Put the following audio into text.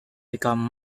become